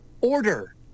order